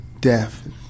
death